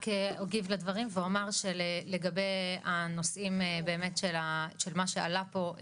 לגבי הנושאים של מה שעלה פה,